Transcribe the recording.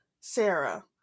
Sarah